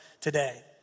today